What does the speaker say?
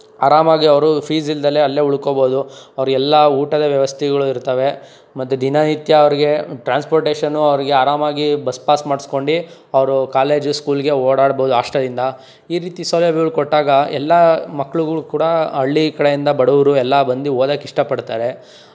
ಆರಾಮಾಗಿ ಅವರು ಫೀಸ್ ಇಲ್ಲದೆಲೆ ಅಲ್ಲೇ ಉಳ್ಕೊಳ್ಬೋದು ಅವ್ರು ಎಲ್ಲ ಊಟದ ವ್ಯವಸ್ಥೆಗಳು ಇರ್ತವೆ ಮತ್ತೆ ದಿನನಿತ್ಯ ಅವ್ರಿಗೆ ಟ್ರಾನ್ಸ್ಪೊರ್ಟೇಷನು ಅವ್ರಿಗೆ ಆರಾಮಾಗಿ ಬಸ್ ಪಾಸ್ ಮಾಡ್ಸ್ಕೊಂಡು ಅವರು ಕಾಲೇಜು ಸ್ಕೂಲ್ಗೆ ಓಡಾಡ್ಬೋದು ಆಸ್ಟೆಲಿಂದ ಈ ರೀತಿ ಸೌಲಭ್ಯಗಳು ಕೊಟ್ಟಾಗ ಎಲ್ಲ ಮಕ್ಳುಗಳು ಕೂಡ ಹಳ್ಳಿ ಕಡೆಯಿಂದ ಬಡವರು ಎಲ್ಲ ಬಂದು ಓದೋಕೆ ಇಷ್ಟಪಡ್ತಾರೆ